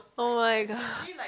[oh]-my-god